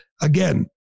Again